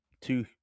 two